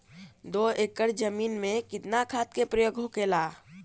दो एकड़ जमीन में कितना खाद के प्रयोग होखेला?